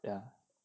ya